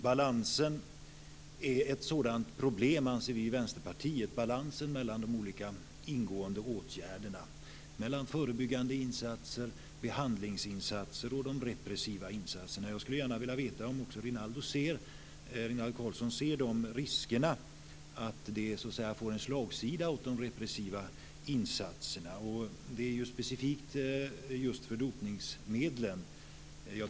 Balansen mellan de olika ingående åtgärderna är ett sådant problem, anser vi i Vänsterpartiet, balansen mellan förebyggande insatser, behandlingsinsatser och de repressiva insatserna. Jag skulle gärna vilja veta om också Rinaldo Karlsson ser risken att det får en slagsida åt de repressiva insatserna. Det är specifikt just för dopningsmedlen.